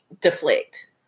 deflect